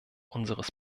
unseres